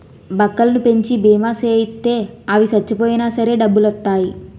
బక్కలను పెంచి బీమా సేయిత్తే అవి సచ్చిపోయినా సరే డబ్బులొత్తాయి